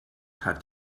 hat